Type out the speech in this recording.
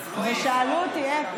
ושאלו אותי איך,